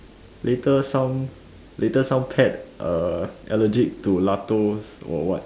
later some later some pet uh allergic to lactose or what